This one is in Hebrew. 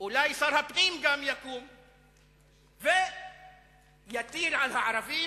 אולי שר הפנים גם יקום ויטיל על הערבים